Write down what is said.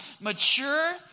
mature